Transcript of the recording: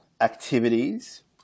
activities